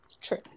True